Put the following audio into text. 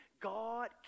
God